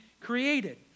created